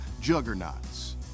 juggernauts